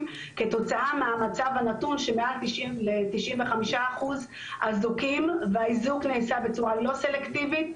כתוצאה מהמצב הנתון שמעל 95% אזוקים והאיזוק נעשה בצורה לא סלקטיבית,